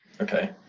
okay